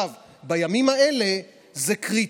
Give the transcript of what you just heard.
בימים האלה זה קריטי.